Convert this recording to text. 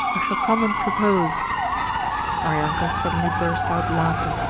i shall come and propose maryanka suddenly burst out laughing.